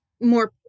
more